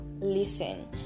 listen